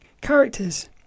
characters